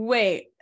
Wait